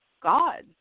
god